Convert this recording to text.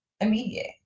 immediate